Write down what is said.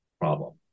problem